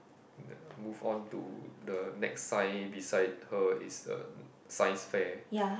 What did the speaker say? move on to the next sign beside her is a science fair